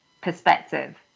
perspective